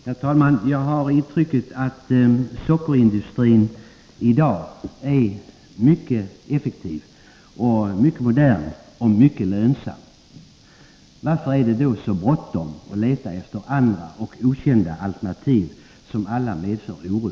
Herr talman! Jag har intrycket att sockerindustrin i dag är mycket effektiv, mycket modern och mycket lönsam. Varför är det då så bråttom att leta efter andra och okända alternativ, som alla medför en oro?